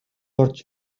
орж